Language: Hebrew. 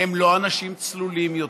הם לא אנשים צלולים יותר.